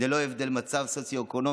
ללא הבדלי מצב סוציו-אקונומי,